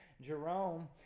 Jerome